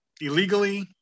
illegally